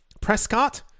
Prescott